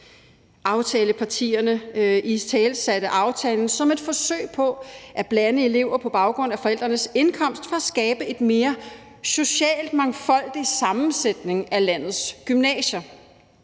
Aftalepartierne italesatte aftalen som et forsøg på at blande elever på baggrund af forældrenes indkomst for at skabe en mere socialt mangfoldig sammensætning i landets gymnasier.